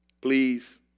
please